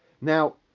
Now